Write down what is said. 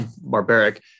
barbaric